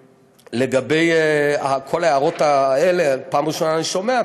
לגבי כל ההערות האלה: פעם ראשונה שאני שומע.